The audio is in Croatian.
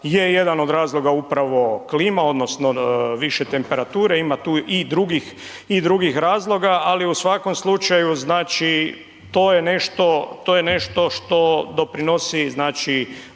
je jedan od razloga upravo klima odnosno više temperature, ima tu i drugih, i drugih razloga, ali u svakom slučaju znači to je nešto, to je nešto što doprinosi znači